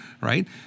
right